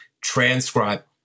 transcribe